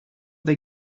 they